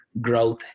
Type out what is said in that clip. growth